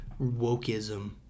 Wokeism